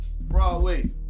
Broadway